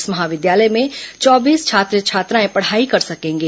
इस महाविद्यालय में चौबीस छात्र छात्राएं पढ़ाई कर सकेंगे